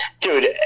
Dude